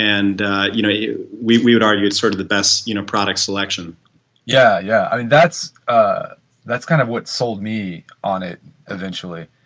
and you know it we we would argue it's sort of the best you know product selection yeah. yeah i mean that's ah that's kind of what's sold me on it eventually.